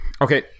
Okay